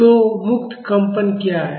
तो मुक्त कंपन क्या है